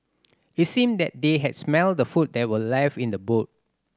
it seemed that they had smelt the food that were left in the boot